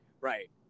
Right